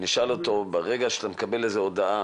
ונשאל 'ברגע שאתה מקבל הודעה